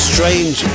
Strange